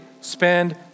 spend